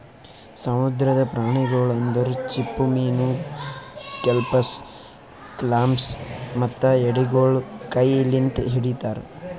ಸಮುದ್ರದ ಪ್ರಾಣಿಗೊಳ್ ಅಂದುರ್ ಚಿಪ್ಪುಮೀನು, ಕೆಲ್ಪಸ್, ಕ್ಲಾಮ್ಸ್ ಮತ್ತ ಎಡಿಗೊಳ್ ಕೈ ಲಿಂತ್ ಹಿಡಿತಾರ್